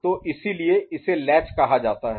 तो इसीलिए इसे लैच कहा जाता है